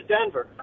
Denver